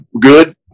good